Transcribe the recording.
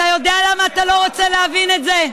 אתה יודע למה אתה לא רוצה להבין את זה?